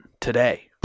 today